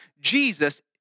Jesus